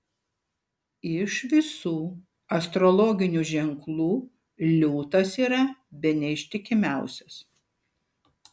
iš visų astrologinių ženklų liūtas yra bene ištikimiausias